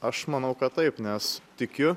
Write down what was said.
aš manau kad taip nes tikiu